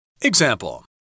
Example